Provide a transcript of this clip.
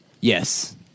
Yes